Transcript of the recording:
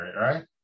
right